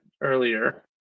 earlier